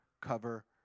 cover